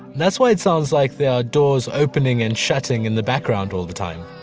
that's why it sounds like there are doors opening and shutting in the background all the time.